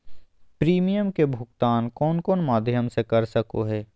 Premium के भुक्तान कौन कौन माध्यम से कर सको है?